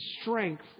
strength